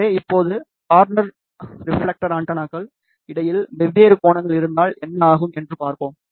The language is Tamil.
எனவே இப்போது கார்னர் ரிப்ஃலெக்டர் ஆண்டெனாக்கள் இடையில் வெவ்வேறு கோணங்கள் இருந்தால் என்ன ஆகும் என்று பார்ப்போம்